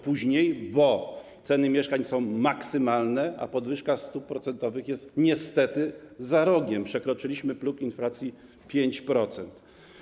Później - bo ceny mieszkań są maksymalne, a podwyżka stóp procentowych jest niestety za rogiem, przekroczyliśmy próg inflacji 5%.